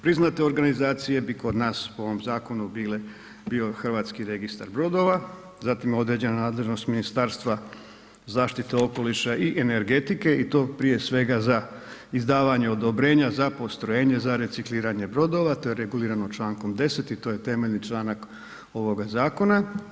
Priznate organizacije bi kod nas po ovom zakonu bile, bio Hrvatski registar brodova, zatim određena nadležnost Ministarstva zaštite okoliša i energetike i to prije svega za izdavanje odobrenja za postrojenje za recikliranje brodova, to je regulirano Člankom 10. i to je temeljni članak ovoga zakona.